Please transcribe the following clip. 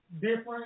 different